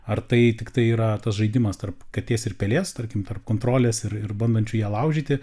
ar tai tiktai yra tas žaidimas tarp katės ir pelės tarkim per kontrolės ir ir bandančių ją laužyti